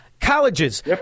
Colleges